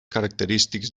característics